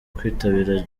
kwitabira